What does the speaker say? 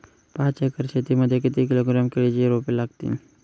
पाच एकर शेती मध्ये किती किलोग्रॅम केळीची रोपे लागतील?